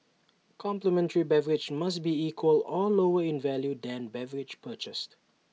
complimentary beverage must be equal or lower in value than beverage purchased